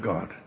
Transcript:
God